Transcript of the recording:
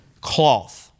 cloth